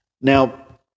Now